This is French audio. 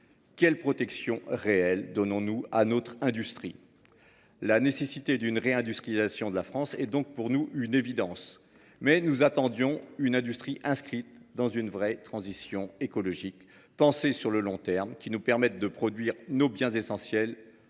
Quelle protection réelle donnons-nous à notre industrie ? La nécessité d’une réindustrialisation de la France est donc pour nous une évidence. Mais nous attendions une industrie inscrite dans une vraie transition écologique, pensée sur le long terme, qui nous permette de produire nos biens essentiels,